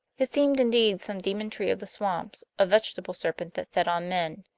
it seemed indeed some demon tree of the swamps a vegetable serpent that fed on men.